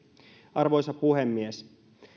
arvoisa puhemies